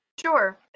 Sure